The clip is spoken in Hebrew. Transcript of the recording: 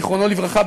זיכרונו לברכה,